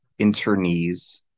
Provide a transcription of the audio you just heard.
internees